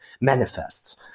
manifests